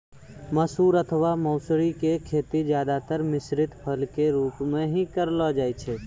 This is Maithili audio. मसूर अथवा मौसरी के खेती ज्यादातर मिश्रित फसल के रूप मॅ हीं करलो जाय छै